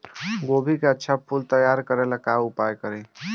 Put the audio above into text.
गोभी के अच्छा फूल तैयार करे ला का उपाय करी?